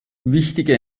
wichtige